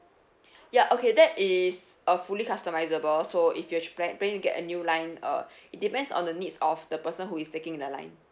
ya okay that is a fully customisable so if you have planning to get a new line uh it depends on the needs of the person who is taking the line